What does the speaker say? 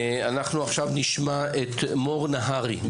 אנחנו עכשיו נשמע את מור נהרי.